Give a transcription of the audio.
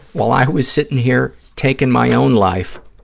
while i was sitting here, taking my own life,